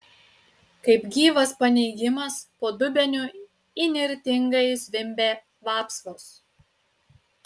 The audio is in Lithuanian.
kaip gyvas paneigimas po dubeniu įnirtingai zvimbė vapsvos